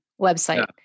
website